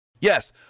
Yes